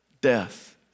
death